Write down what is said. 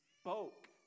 spoke